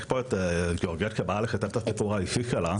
יש פה את ג'ורג'ט שבאה לספר את הסיפור האישי שלה.